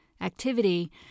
activity